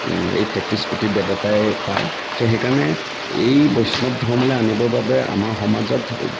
এই তেত্ৰিছ কোটি দেৱতাই পায় চ' সেইকাৰণে এই বৈষ্ণৱ ধৰ্মলৈ আনিবৰ বাবে আমাৰ সমাজত